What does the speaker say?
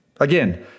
Again